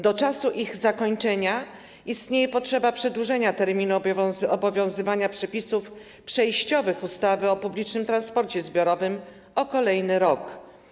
Do czasu ich zakończenia istnieje potrzeba przedłużenia terminu obowiązywania przepisów przejściowych ustawy o publicznym transporcie zbiorowym o kolejny rok.